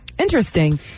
Interesting